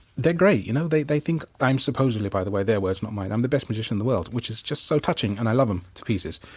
they're great, you know, they they think i'm supposedly by the way their words not mine i'm the best musician in the world, which is just so touching and i love em to pieces.